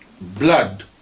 blood